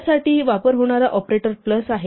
यासाठी वापर होणारा ऑपरेटर प्लस आहे